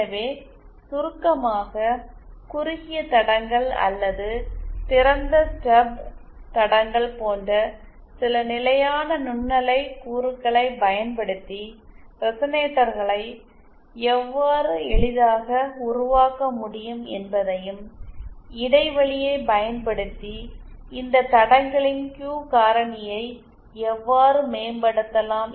எனவே சுருக்கமாக குறுகிய தடங்கள் அல்லது திறந்த ஸ்டப் தடங்கள் போன்ற சில நிலையான நுண்ணலை கூறுகளைப் பயன்படுத்தி ரெசனேட்டர்களை எவ்வாறு எளிதாக உருவாக்க முடியும் என்பதையும் இடைவெளியைப் பயன்படுத்தி இந்த தடங்களின் Q காரணியை எவ்வாறு மேம்படுத்தலாம் என்பதையும் பார்த்தோம்